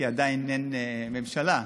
כי עדיין אין ממשלה.